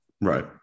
Right